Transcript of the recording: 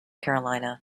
carolina